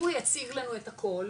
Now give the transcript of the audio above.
אם הוא יציג לנו את הכול,